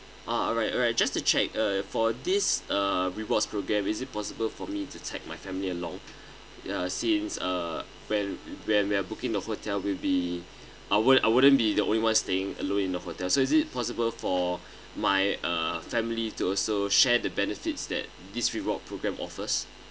ah alright alright just to check uh for this uh rewards program is it possible for me to tag my family along ya since uh when when we're booking the hotel will be I won't I wouldn't be the only one staying alone in the hotel so is it possible for my uh family to also share the benefits that this reward program offers